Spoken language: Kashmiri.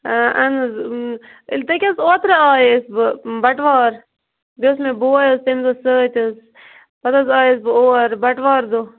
آ اہن حظ أکہِ حظ اوترٕ آیَس بہٕ بَٹوار بیٚیہِ اوس مےٚ بوے حظ تمہ دۄہ سۭتۍ حظ پَتہٕ حظ آیس بہٕ اوس بَٹوار دۄہ